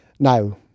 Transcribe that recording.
Now